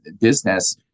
business